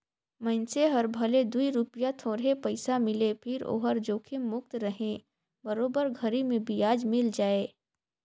मइनसे हर भले दूई रूपिया थोरहे पइसा मिले फिर ओहर जोखिम मुक्त रहें बरोबर घरी मे बियाज मिल जाय